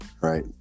Right